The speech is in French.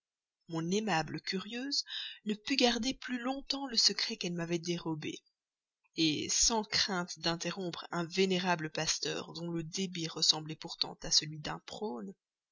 mon aimable curieuse ne put garder plus longtemps le secret qu'elle m'avait dérobé sans crainte d'interrompre un vénérable pasteur dont le débit ressemblait pourtant à celui d'un prône